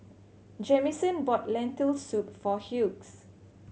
Jamison bought Lentil Soup for Hughes